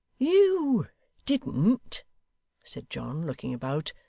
you didn't said john, looking about,